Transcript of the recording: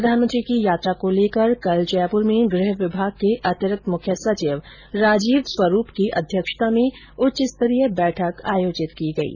प्रधानमंत्री की यात्रा को लेकर कल जयप्र में गृह विभाग के अतिरिक्त मुख्य सचिव राजीव स्वरूप की अध्यक्षता में उच्च स्तरीय बैठक आयोजित की गयी